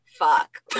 fuck